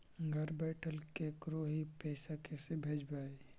घर बैठल केकरो ही पैसा कैसे भेजबइ?